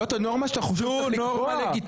זאת הנורמה שאנחנו רוצים לקבוע?